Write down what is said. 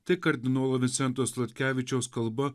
tai kardinolo vincento sladkevičiaus kalba